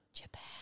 Japan